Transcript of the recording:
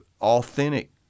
authentic